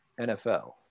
NFL